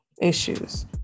issues